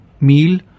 meal